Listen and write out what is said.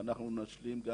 אנחנו נשלים גם